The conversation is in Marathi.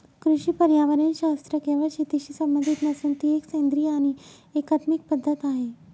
कृषी पर्यावरणशास्त्र केवळ शेतीशी संबंधित नसून ती एक सेंद्रिय आणि एकात्मिक पद्धत आहे